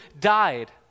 died